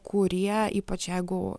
kurie ypač jeigu